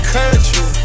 country